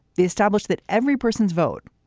they established that every person's vote,